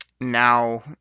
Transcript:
Now